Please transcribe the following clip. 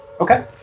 Okay